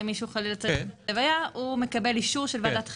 אם מישהו חלילה צריך לצאת ללוויה הוא מקבל אישור של ועדת חריגים.